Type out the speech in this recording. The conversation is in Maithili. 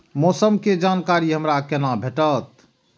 मौसम के जानकारी हमरा केना भेटैत?